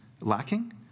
lacking